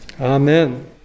Amen